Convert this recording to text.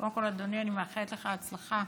קודם כול, אדוני, אני מאחלת לך הצלחה